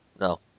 No